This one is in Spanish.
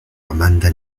amanda